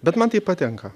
bet man tai patinka